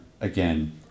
again